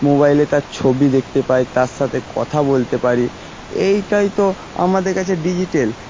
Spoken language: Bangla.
মোবাইলে তার ছবি দেখতে পাই তার সাথে কথা বলতে পারি এইটাই তো আমাদের কাছে ডিজিটাল